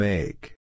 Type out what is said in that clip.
Make